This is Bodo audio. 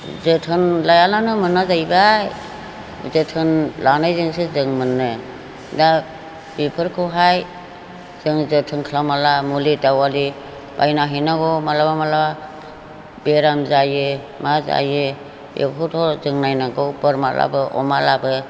जोथोन लायाब्लानो मोना जाहैबाय जोथोन लानायजोंसो जों मोनो दा बेफोरखौहाय जों जोथोन खालामब्ला मुलि दावालि बायना हैनांगौ माब्लाबा माब्लाबा बेराम जायो मा जायो बेफोरखौबोथ' जों नायनांगौ बोरमाब्लाबो अमाब्लाबो